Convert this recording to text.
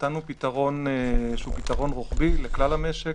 נתנו פתרון רוחבי לכלל המשק.